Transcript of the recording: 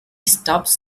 stubbs